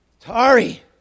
Tari